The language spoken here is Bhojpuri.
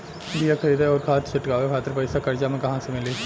बीया खरीदे आउर खाद छिटवावे खातिर पईसा कर्जा मे कहाँसे मिली?